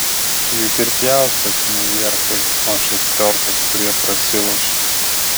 juk ir pjaustosi ne vierchai o šestiorkos kurie prasilošia